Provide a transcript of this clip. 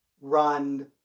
run